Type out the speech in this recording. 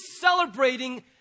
celebrating